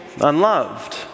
unloved